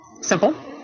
Simple